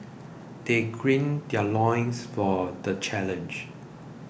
they gird their loins for the challenge